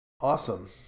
Awesome